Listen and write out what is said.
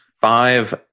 five